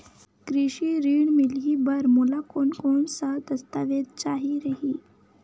कृषि ऋण मिलही बर मोला कोन कोन स दस्तावेज चाही रही?